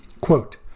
Quote